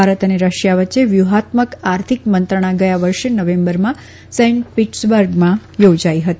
ભારત અને રશિયા વચ્ચે વ્યુહાત્મક આર્થિક મંત્રણા ગયા વર્ષે નવેમ્બરમાં સેન પીટર્સ બર્ગમાં યોજાઈ હતી